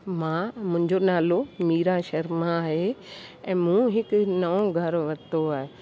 मां मुंहिंजो नालो मीरा शर्मा आहे ऐं मूं हिकु नओं घरु वरितो आहे